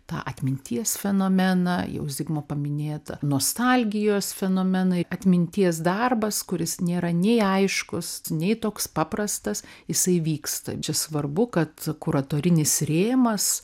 tą atminties fenomeną jau zigmo paminėta nostalgijos fenomenai atminties darbas kuris nėra nei aiškus nei toks paprastas jisai vyksta čia svarbu kad kuratorinis rėmas